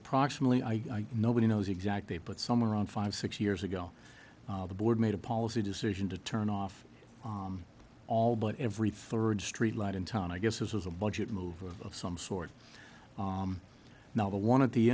approximately i nobody knows exactly but somewhere around five six years ago the board made a policy decision to turn off all but every third street light in town i guess this was a budget move of some sort now the one of the